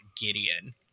gideon